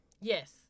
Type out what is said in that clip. Yes